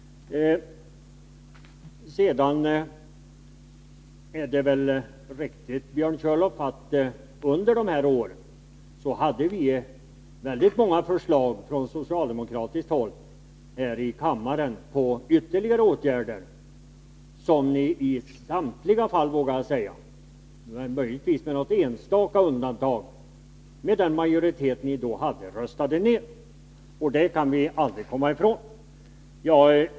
Sedan är det väl riktigt, Björn Körlof, att vi under de här åren hade många förslag från socialdemokratiskt håll här i kammaren till ytterligare åtgärder. I nästan samtliga fall — möjligtvis med något enstaka undantag — röstade ni, med den majoritet ni då hade, ned dessa. Det kan vi aldrig komma ifrån.